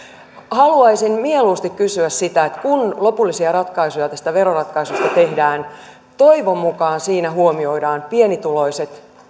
haluaisin mieluusti kysyä sitä että kun lopullisia ratkaisuja tästä veroratkaisusta tehdään toivon mukaan siinä huomioidaan pienituloiset